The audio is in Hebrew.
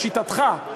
לשיטתך,